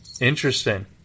interesting